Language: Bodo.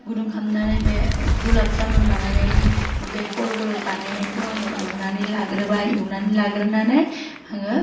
गुदुं खालामनानै बे गुलाप जामुन बानायनाय बे गल गल बानायनायखौ आङो एवनानै लाग्रोबाय एवनानै लाग्रोनानै आङो